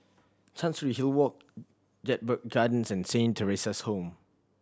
Chancery Hill Walk Jedburgh Gardens and Saint Theresa's Home